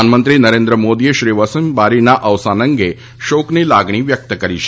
પ્રધાનમંત્રી નરેન્દ્ર મોદીએ શ્રી વસીમ બારીના અવસાન અંગે શોકની લાગણી વ્યક્ત કરી છે